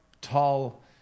tall